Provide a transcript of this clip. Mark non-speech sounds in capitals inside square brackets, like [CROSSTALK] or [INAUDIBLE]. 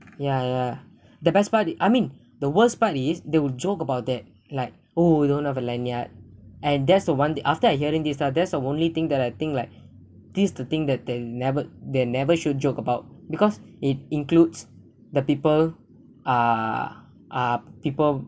ya ya [BREATH] the best part I mean the worst part is they will joke about that like oh you don't have a lanyard and that's the [one] the after I hearing this lah that's the only thing that I think like this the thing that they never they never should joke about because it includes the people uh uh people